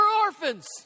orphans